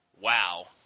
Wow